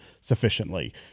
sufficiently